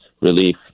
relief